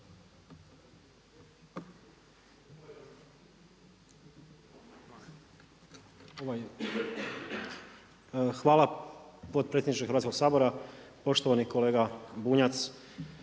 Hvala potpredsjedniče Hrvatskog sabora, poštovani kolega Bunjac.